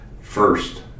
first